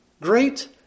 Great